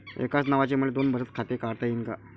एकाच नावानं मले दोन बचत खातं काढता येईन का?